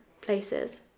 places